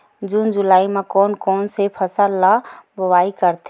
जून जुलाई म कोन कौन से फसल ल बोआई करथे?